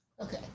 Okay